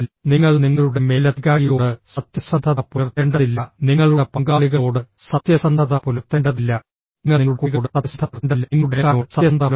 നിങ്ങൾ നിങ്ങളുടെ മേലധികാരിയോട് സത്യസന്ധത പുലർത്തേണ്ടതില്ല നിങ്ങളുടെ പങ്കാളികളോട് സത്യസന്ധത പുലർത്തേണ്ടതില്ല നിങ്ങൾ നിങ്ങളുടെ കുട്ടികളോട് സത്യസന്ധത പുലർത്തേണ്ടതില്ല നിങ്ങളുടെ അയൽക്കാരനോട് സത്യസന്ധത പുലർത്തേണ്ടതില്ല